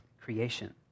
creation